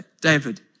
David